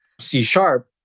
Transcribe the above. C-sharp